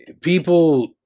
people